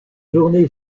journée